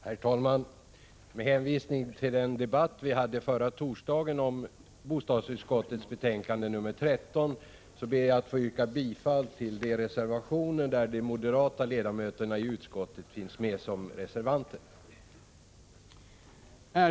Herr talman! Med hänvisning till den debatt vi hade förra torsdagen om bostadsutskottets betänkande 13 ber jag att få yrka bifall till de reservationer där de moderata ledamöterna i bostadsutskottet finns med som reservanter.